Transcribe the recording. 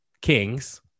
kings